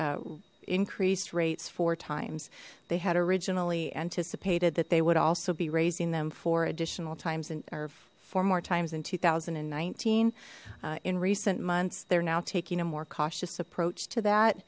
increased rates four times they had originally anticipated that they would also be raising them for additional times and four more times in two thousand and nineteen in recent months they're now taking a more cautious approach to that